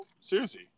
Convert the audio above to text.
Susie